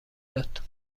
داد